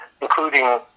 including